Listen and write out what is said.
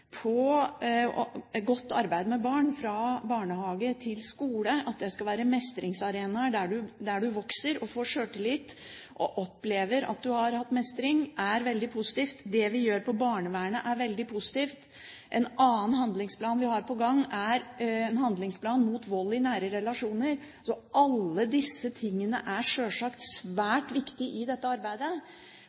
godt arbeid med barn, fra barnehage til skole, at det skal være mestringsarenaer, der de vokser, får sjøltillit og opplever mestring, er veldig positivt. Det vi gjør innen barnevernet, er veldig positivt. En annen handlingsplan vi har på gang, er handlingsplanen mot vold i nære relasjoner. Alt dette er sjølsagt svært viktig i dette arbeidet,